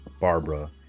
Barbara